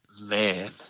Man